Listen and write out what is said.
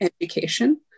education